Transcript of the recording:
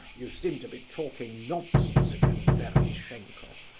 you seem to be talking nonsense again, ferdishenko,